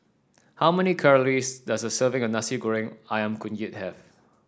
how many calories does a serving of Nasi Goreng ayam kunyit have